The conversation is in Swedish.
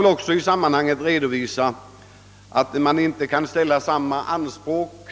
I detta sammanhang vill jag också framhålla att man inte kan ställa anspråk